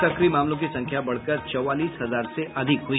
सक्रिय मामलों की संख्या बढ़कर चौवालीस हजार से अधिक हुई